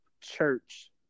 church